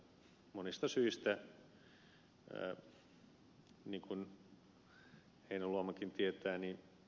ja monista syistä niin kuin ed